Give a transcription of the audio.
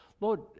Lord